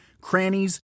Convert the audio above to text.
crannies